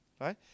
Right